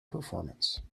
performance